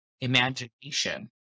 imagination